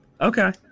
Okay